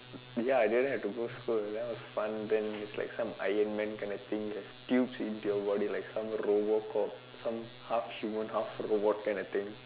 ya I didn't have to go school and then was fun then like some Iron man kinda thing you have tubes into you body like some Robocop some half human half robot kinda thing